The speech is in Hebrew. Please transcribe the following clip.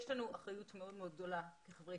יש לנו אחריות מאוד מאוד גדולה כחברי